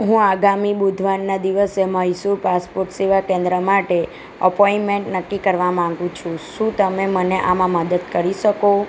હું આગામી બુધવારના દિવસે મૈસૂર પાસપોટ સેવા કેન્દ્ર માટે અપોયમેન્ટ નક્કી કરવા માગું છું શું તમે મને આમાં મદદ કરી શકો